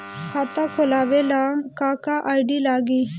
खाता खोलाबे ला का का आइडी लागी?